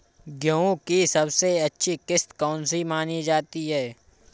गेहूँ की सबसे अच्छी किश्त कौन सी मानी जाती है?